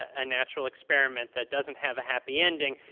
ah natural experiment that doesn't have a happy ending,